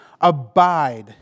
Abide